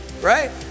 Right